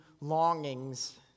longings